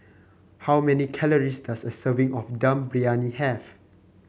how many calories does a serving of Dum Briyani have